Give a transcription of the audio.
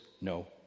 no